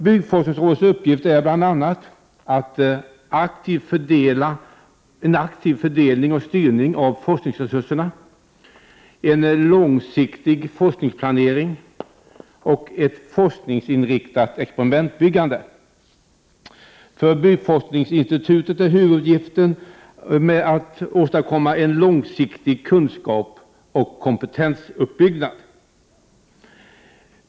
Byggforskningsrådets uppgifter är bl.a.: För byggforskningsinstitutet är huvuduppgiften att åstadkomma långsiktig kunskapsoch kompetensuppbyggnad.